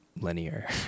linear